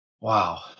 Wow